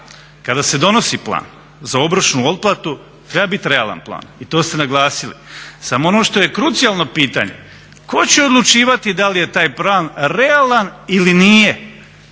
Kada se donosi plan za obročnu otplatu treba bit realan plan i to ste naglasili, samo ono što je krucijalno pitanje, tko će odlučivati da li je taj plan realan ili nije.